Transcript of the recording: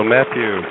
Matthew